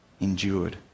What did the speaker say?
endured